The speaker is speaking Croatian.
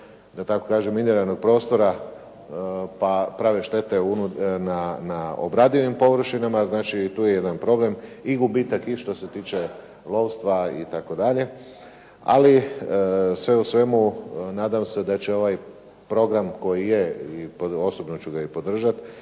da tako kažem miniranog prostora pa prave štete na obradivim površinama. Znači, i tu je jedan problem i gubitak i što se tiče lovstva itd. Ali sve u svemu nadam se da će ovaj program koji je pod osobno ću ga i podržati